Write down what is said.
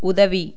உதவி